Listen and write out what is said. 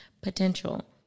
potential